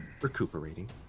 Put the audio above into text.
recuperating